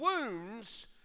wounds